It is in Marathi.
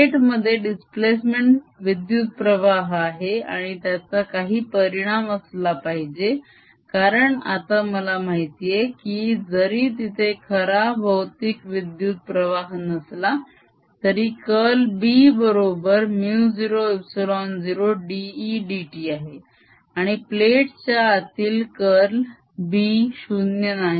प्लेट मध्ये दिस्प्लेसमेंट विद्युत प्रवाह आहे आणि त्याचा काही परिणाम असला पाहिजे कारण आता मला माहितेय की जरी तिथे खरा भौतिक विद्युत प्रवाह नसला तरी कर्ल B बरोबर μ0ε0 dE dt आहे आणि प्लेट च्या आतील कर्ल b 0 नाही